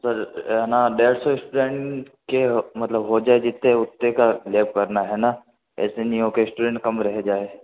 sir है ना डेढ़ सौ स्टूडेंट के मतलब हो जाए जितने उतने का लैब करना है ना ऐसे नहीं हो कि स्टूडेंट कम रह जाए